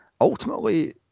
ultimately